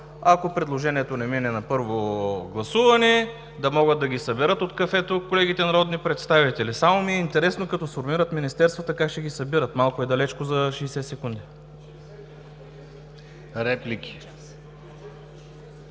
ако предложението не мине на първо гласуване, да могат да съберат от кафето колегите народни представители. Само ми е интересно, като сформират министерствата, как ще ги събират? Малко е далечко за 60 секунди. (Оживление